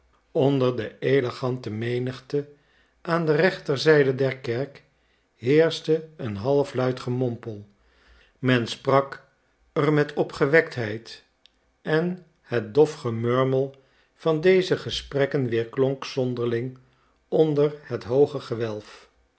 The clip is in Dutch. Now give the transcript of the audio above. onder de elegante menigte aan de rechterzijde der kerk heerschte een halfluid gemompel men sprak er met opgewektheid en het dof gemurmel van deze gesprekken weerklonk zonderling onder het hooge gewelf